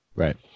Right